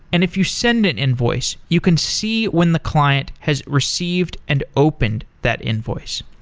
and if you send an invoice, you can see when the client has received and opened that invoice.